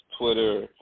Twitter